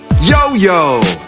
yo-yo